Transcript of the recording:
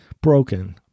broken